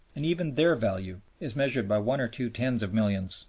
and even their value is measured by one or two tens of millions,